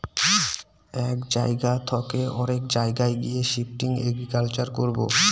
এক জায়গা থকে অরেক জায়গায় গিয়ে শিফটিং এগ্রিকালচার করবো